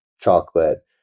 chocolate